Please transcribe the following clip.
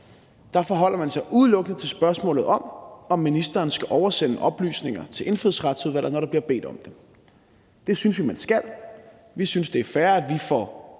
forholder man sig udelukkende til spørgsmålet om, om ministeren skal oversende oplysninger til Indfødsretsudvalget, når der bliver bedt om det. Det synes vi at han skal. Vi synes, det er fair, at vi får